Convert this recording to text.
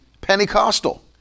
Pentecostal